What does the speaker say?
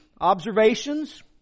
Observations